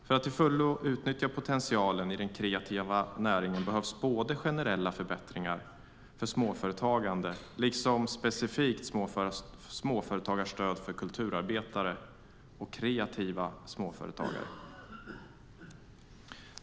För att till fullo utnyttja potentialen i den kreativa näringen behövs både generella förbättringar för småföretagande liksom specifikt småföretagarstöd för kulturarbetare och kreativa småföretagare.